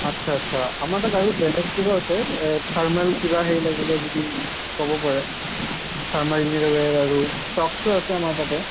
আচ্ছা আচ্ছা আমাৰ তাত আৰু বেলেগ কিবাও আছে থাৰ্মেল কিবা হেৰি লাগে যদি ক'ব পাৰে থাৰ্মেল ইনাৰ ৱেৰ আৰু চক্চো আছে আমাৰ তাতে